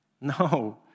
No